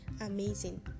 amazing